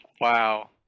Wow